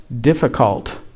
difficult